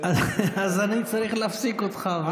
אז אני צריך להפסיק אותך.